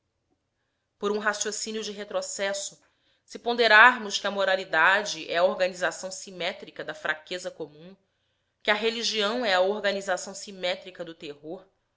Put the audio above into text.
por um raciocínio de retrocesso se ponderarmos que a moralidade é a organização simétrica da fraqueza comum que a religião é a organização simétrica do terror